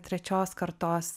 trečios kartos